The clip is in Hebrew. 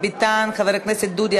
חבר הכנסת דוד ביטן וחבר הכנסת דודי